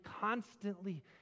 constantly